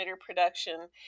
production